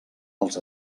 els